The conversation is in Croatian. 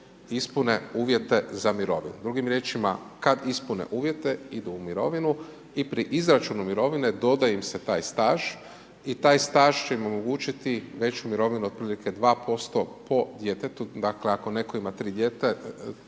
ispune uvjete za mirovinu, drugim riječima kad ispune uvjete idu u mirovinu i pri izračunu mirovine doda im se taj staž i taj staž će im omogućiti veću mirovinu otprilike 2% po djetetu, dakle ako neko imati 3 djece